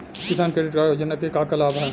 किसान credit card योजना के का का लाभ ह?